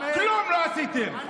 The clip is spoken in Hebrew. כלום לא עשיתם.